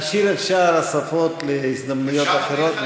ואנחנו נשאיר את שאר השפות להזדמנויות אחרות,